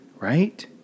Right